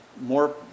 more